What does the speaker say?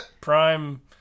prime